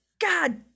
god